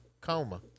coma